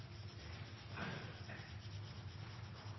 Takk